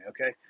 okay